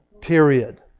period